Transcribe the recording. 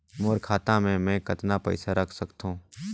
मोर खाता मे मै कतना पइसा रख सख्तो?